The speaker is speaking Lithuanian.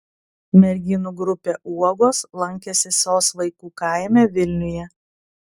merginų grupė uogos lankėsi sos vaikų kaime vilniuje